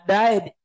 died